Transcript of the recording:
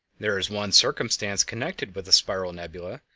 there is one circumstance connected with the spiral nebulae,